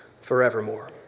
forevermore